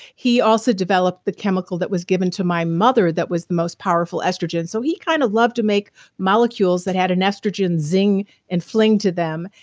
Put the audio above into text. he also developed the chemical that was given to my mother that was the most powerful estrogen. so he kind of loved to make molecules that had an estrogen zing and fling to them.